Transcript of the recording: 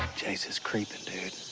jase is creeping dude.